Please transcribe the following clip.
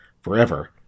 forever